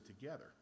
together